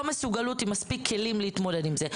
מסוגלות עם מספיק כלים להתמודד עם זה.